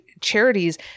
charities